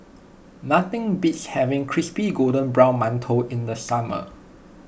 nothing beats having Crispy Golden Brown Mantou in the summer